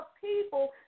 people